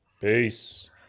peace